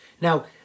Now